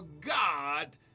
God